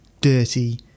dirty